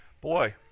boy